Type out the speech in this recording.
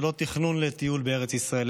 ולא תכנון לטיול בארץ ישראל.